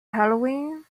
halloween